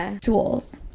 tools